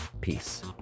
Peace